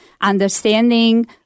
understanding